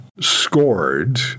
scored